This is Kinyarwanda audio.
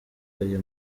aya